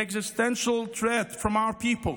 existential threat from our people.